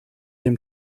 dem